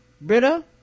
Britta